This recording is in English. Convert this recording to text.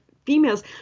females